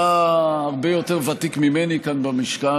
אתה הרבה יותר ותיק ממני כאן במשכן,